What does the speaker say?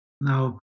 Now